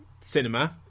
cinema